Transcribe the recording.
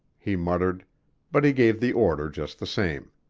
he muttered but he gave the order just the same.